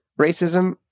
racism